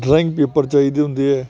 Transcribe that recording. drawing paper ਚਾਹੀਦੇ ਹੁੰਦੇ ਹੈ